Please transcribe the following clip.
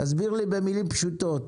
תסביר לי במילים פשוטות.